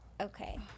okay